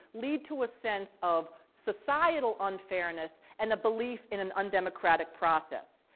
lead to a sense of societal unfairness and the belief in an undemocratic process.